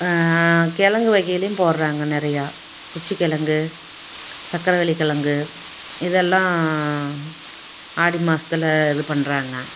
கிலங்கு வகையிலையும் போடுறாங்க நிறையா குச்சி கிலங்கு சக்கரவள்ளி கிலங்கு இதெல்லாம் ஆடி மாசத்தில் இது பண்ணுறாங்க